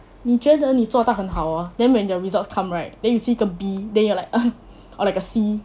你觉得你做到很好 hor then when the results come right then you see 一个 B then you are like err or like a c